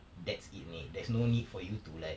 that's it only there's no need for you to like